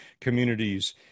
communities